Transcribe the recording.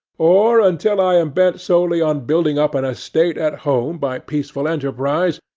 or until i am bent solely on building up an estate at home by peaceful enterprise,